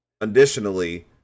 additionally